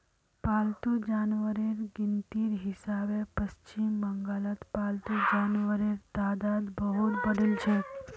पालतू जानवरेर गिनतीर हिसाबे पश्चिम बंगालत पालतू जानवरेर तादाद बहुत बढ़िलछेक